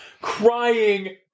crying